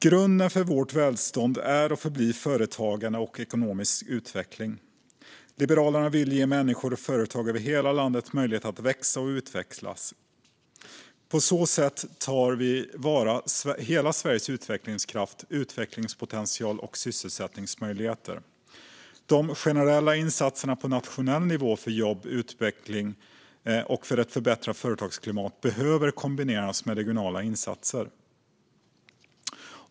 Grunden för vårt välstånd är och förblir företagande och ekonomisk utveckling. Liberalerna vill ge människor och företag över hela landet möjligheter att växa och utvecklas. På så sätt tar vi vara på hela Sveriges utvecklingskraft, tillväxtpotential och sysselsättningsmöjligheter. De generella insatserna på nationell nivå för jobb och utbildning och förbättrat företagsklimat behöver kombineras med regionala insatser.